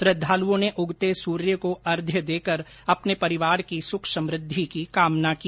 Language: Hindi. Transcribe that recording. श्रद्वालुओं ने उगते सूर्य को अर्घ्य देकर अपने परिवार की सुख समृद्वि की कामना की